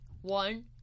One